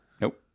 nope